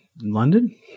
London